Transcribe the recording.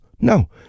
no